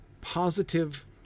positive